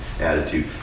attitude